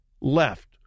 left